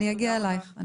אני אגיע אלייך.